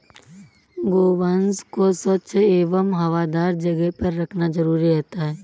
गोवंश को स्वच्छ एवं हवादार जगह पर रखना जरूरी रहता है